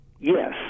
Yes